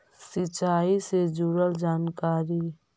सिंचाई से जुड़ल जानकारी?